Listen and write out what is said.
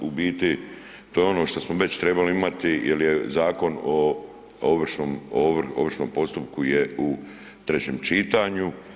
U biti to je ono što smo već trebali imati jel je zakon o ovršnom postupku je u trećem čitanju.